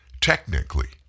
technically